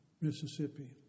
Mississippi